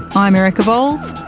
i'm erica vowles,